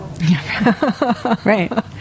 Right